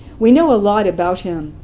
we know a lot about him.